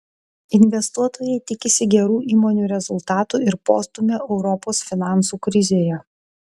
investuotojai tikisi gerų įmonių rezultatų ir postūmio europos finansų krizėje